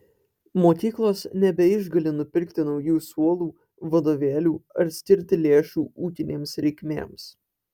mokyklos nebeišgali nupirkti naujų suolų vadovėlių ar skirti lėšų ūkinėms reikmėms